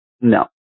No